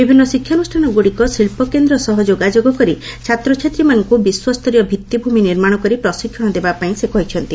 ବିଭିନ୍ନ ଶିକ୍ଷାନୁଷ୍ଠାନ ଗୁଡିକ ଶିଳ୍ପକେନ୍ଦ୍ର ସହ ଯୋଗାଯୋଗ କରି ଛାତ୍ରଛାତ୍ରୀମାନଙ୍କୁ ବିଶ୍ୱସ୍ତରୀୟ ଭିଭିଭୂମି ନିର୍ମାଣ କରି ପ୍ରଶିକ୍ଷଣ ଦେବା ପାଇଁ କହିଛନ୍ତି